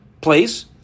place